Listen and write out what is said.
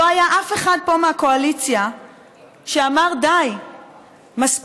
לא היה אף אחד פה מהקואליציה שאמר: די, מספיק,